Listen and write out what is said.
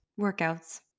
workouts